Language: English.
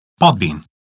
Podbean